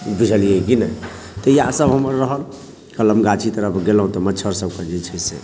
बुझलियै की नहि तऽ इएह सभ रहल कलम गाछी तरफ गेलहुॅं तऽ मच्छर सभके जे छै से